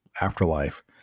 afterlife